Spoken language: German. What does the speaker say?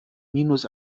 minus